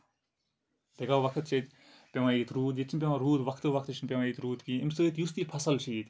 بےٚ گا وقت چھ پیوان ییٚتہِ چھنہٕ پٮ۪وان روٗد وقتہٕ وقتہٕ چھُ نہٕ پیوان روٗد کِہینۍ اَمہِ سۭتۍ یُس تہِ فصٕل چھُ ییٚیہِ